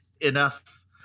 enough